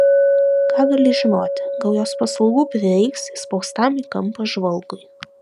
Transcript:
ką gali žinoti gal jos paslaugų prireiks įspaustam į kampą žvalgui